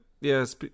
yes